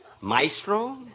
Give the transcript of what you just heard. maestro